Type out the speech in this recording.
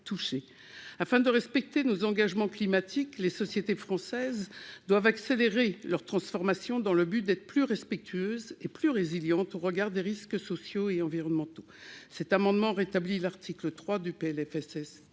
Afin de respecter nos engagements climatiques, les sociétés françaises doivent accélérer leur transformation dans le but d'être plus respectueuses et plus résilientes au regard des risques sociaux et environnementaux. Cet amendement vise donc à rétablir l'article 3 du PLFSS